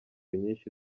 nyinshi